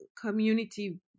community